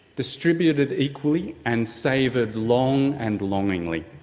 distributed equally and savoured long and longingly.